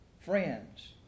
friends